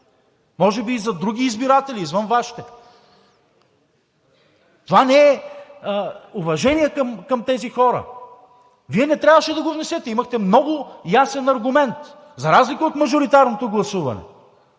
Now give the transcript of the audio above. Може би и за други избиратели, извън Вашите. Това не е уважение към тези хора. Вие не трябваше да го внесете. Имахте много ясен аргумент. – за разлика от мажоритарното гласуване.